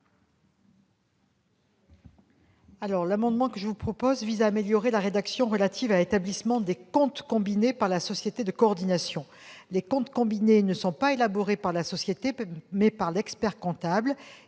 amendement vise à améliorer la rédaction relative à l'établissement des comptes combinés par la société de coordination. Les comptes combinés sont élaborés non par la société, mais par l'expert-comptable.